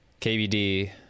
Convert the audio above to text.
KBD